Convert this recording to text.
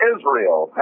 Israel